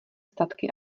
statky